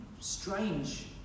strange